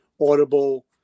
audible